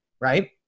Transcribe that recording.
right